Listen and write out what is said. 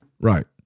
Right